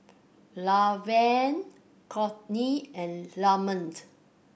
Laverne Courtney and Lamont